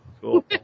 Cool